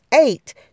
eight